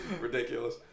Ridiculous